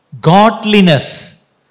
godliness